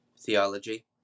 theology